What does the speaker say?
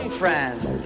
friend